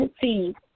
See